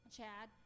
Chad